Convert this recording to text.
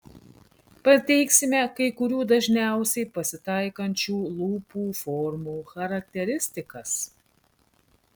pateiksime kai kurių dažniausiai pasitaikančių lūpų formų charakteristikas